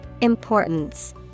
Importance